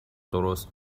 درست